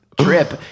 trip